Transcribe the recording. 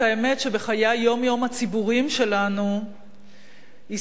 שבחיי היום-יום הציבוריים שלנו ישראל לא